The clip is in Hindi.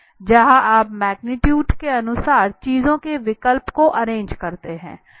जहां आप मैग्नीट्यूट के अनुसार चीज़ो के विकल्प को अरेंज करते हैं